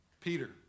Peter